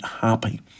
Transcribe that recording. happy